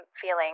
feeling